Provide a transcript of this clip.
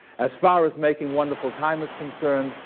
as far as making wonderful time is concerned,